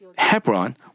Hebron